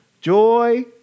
joy